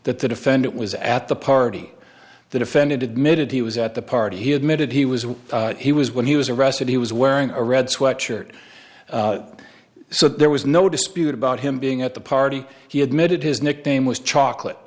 that the defendant was at the party the defendant admitted he was at the party he admitted he was what he was when he was arrested he was wearing a red sweatshirt so there was no dispute about him being at the party he admitted his nickname was chocolate